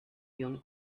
young